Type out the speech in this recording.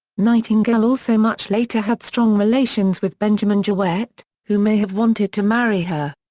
nightingale also much later had strong relations with benjamin jowett, who may have wanted to marry her.